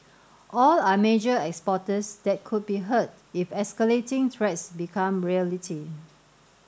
all are major exporters that could be hurt if escalating threats become reality